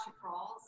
crawls